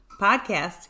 podcast